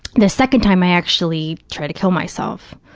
the second time i actually tried to kill myself,